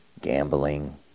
gambling